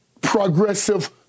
progressive